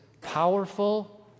powerful